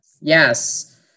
Yes